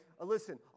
listen